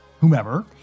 whomever